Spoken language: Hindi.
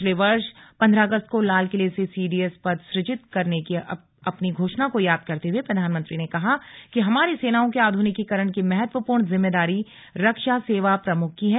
पिछले वर्ष पंद्रह अगस्त को लाल किले से सीडीएस पद सुजित करने की अपनी घोषणा को याद करते हुए प्रधानमंत्री ने कहा कि हमारी सेनाओं के आधुनिकीकरण की महत्वपूर्ण जिम्मेदारी रक्षा सेवा प्रमुख की है